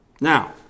Now